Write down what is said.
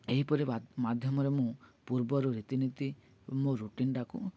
ଏହିପରି ମାଧ୍ୟମରେ ମୁଁ ପୂର୍ବରୁ ରୀତିନୀତି ମୋ ରୁଟିନ୍ଟାକୁ